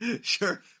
Sure